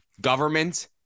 government